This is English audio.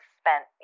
spent